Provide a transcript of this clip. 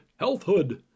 healthhood